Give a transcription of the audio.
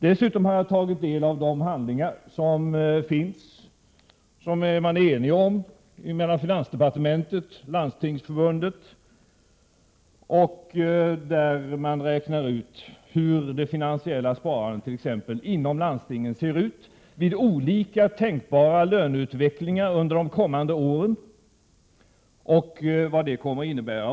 Jag har tagit del av de handlingar som finns — som finansdepartementet och Landstingsförbundet är eniga om — och där man räknar ut hur det finansiella sparandet t.ex. inom landstingen ser ut vid olika tänkbara löneutvecklingar under de kommande åren och vad det kommer att innebära.